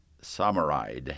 samurai